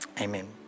amen